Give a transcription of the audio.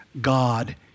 God